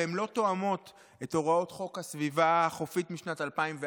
והן לא תואמות את הוראות חוק הסביבה החופית משנת 2004,